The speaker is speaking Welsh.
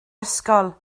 ysgol